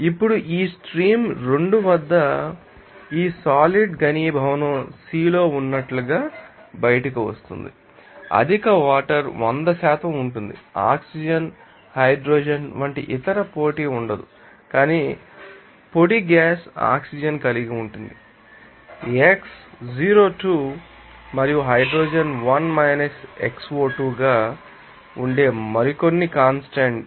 ఇప్పుడు ఈ స్ట్రీమ్ 2 వద్ద ఈ సాలిడ్ గనిభవనం C లో ఉన్నట్లుగా బయటకు వస్తుందని మీరు చూస్తారు అధిక వాటర్ 100 ఉంటుంది ఆక్సిజన్ హైడ్రోజన్ వంటి ఇతర పోటీ ఉండదు కానీ పొడి గ్యాస్ ఆక్సిజన్ కలిగి ఉంటుంది xO2 మరియు హైడ్రోజన్ 1 xO2 గా ఉండే మరికొన్ని కాన్స్టాంట్